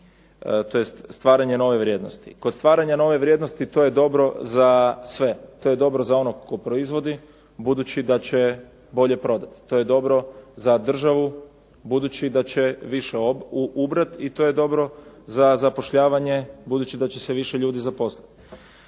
tj. stvaranje nove vrijednosti. Kod stvaranja nove vrijednosti to je dobro za sve. To je dobro za onog tko proizvodi budući da će bolje prodati, to je dobro za državu budući da će više ubrat i to je dobro za zapošljavanje budući da će se više ljudi zaposliti.